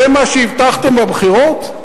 זה מה שהבטחתם בבחירות?